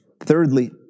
Thirdly